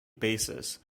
basis